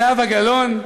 זהבה גלאון,